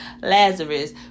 Lazarus